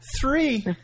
Three